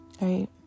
right